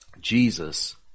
Jesus